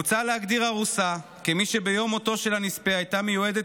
מוצע להגדיר ארוסה כמי שביום מותו של הנספה הייתה מיועדת